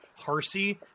Harsey